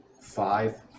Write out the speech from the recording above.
five